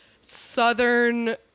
southern